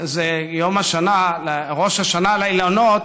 ראש השנה לאילנות